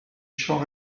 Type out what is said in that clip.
champ